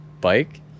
bike